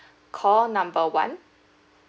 call number one